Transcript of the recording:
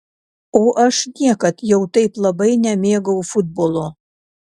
o aš niekad jau taip labai nemėgau futbolo